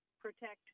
protect